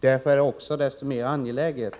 Därför är det desto mer angeläget